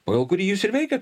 pagal kurį jūs ir veikiat